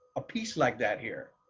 a piece like that here.